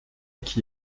qui